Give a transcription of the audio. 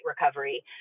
recovery